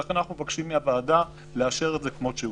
ולכן אנחנו מבקשים מהוועדה לאשר את זה כמות שהוא.